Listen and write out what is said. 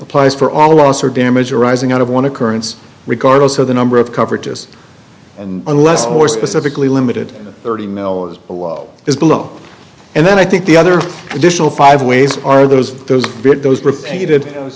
applies for all loss or damage arising out of one occurrence regardless of the number of coverages and unless more specifically limited thirty mil is a lot is below and then i think the other additional five ways are those those those